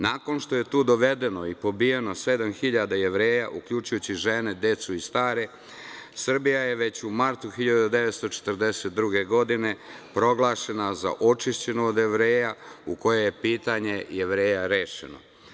Nakon što je tu dovedeno i pobijeno sedam hiljada Jevreja, uključujući žene, decu i stare, Srbija je već u martu 1942. godine proglašena za očišćenu od Jevreja, u kojoj je pitanje Jevreja rešeno.